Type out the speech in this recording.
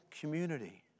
community